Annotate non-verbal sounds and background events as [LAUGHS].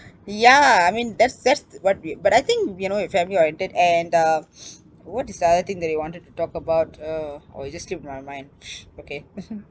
ya I mean that's that's what weird but I think you know we're family oriented and uh [NOISE] what is the other thing that you wanted to talk about uh or it just slipped my mind okay [LAUGHS]